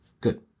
Good